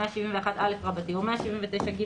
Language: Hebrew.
171א או 179ג,